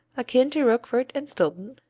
akin to roquefort and stilton,